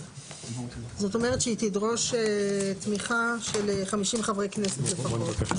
זאת אומרת שהיא תדרוש תמיכה של 50 חברי כנסת לפחות.